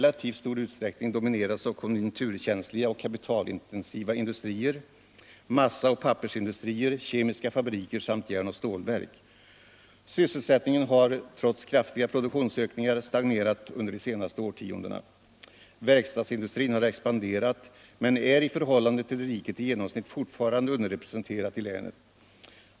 relativt stor utsträckning domineras av konjunkturmässiga och kapitalintensiva industrier: massa och pappersindustrier, kemiska fabriker samt järn och stålverk. Sysselsättningen har, trots kraftiga produktionsökningar, stagnerat under de senaste årtiondena. Verkstadsindustrin har expanderat men är i förhållande till verkstadsindustrin inom riket i genomsnitt fortfarande underrepresenterad i länet.